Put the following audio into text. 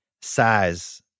size